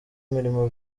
mirimo